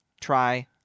try